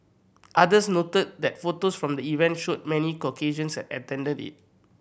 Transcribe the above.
others noted that photos from the event showed many Caucasians had attended it